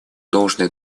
должное